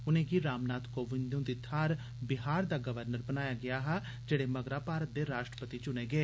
उनेंगी रामनाथ काविंद हुंदी थाह्र बिहार दा राज्यपाल बनाया गेआ हा जेहड़े मगरा भारत दे राश्ट्रपति चुने गे